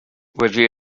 wedi